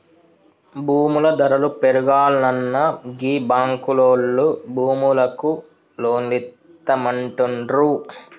భూముల ధరలు పెరుగాల్ననా గీ బాంకులోల్లు భూములకు లోన్లిత్తమంటుండ్రు